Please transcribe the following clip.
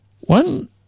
One